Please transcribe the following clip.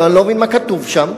הלוא אני לא מבין מה כתוב שם,